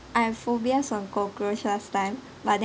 I have phobias on cockroach last time but then